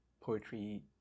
poetry